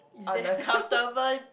on a comfortable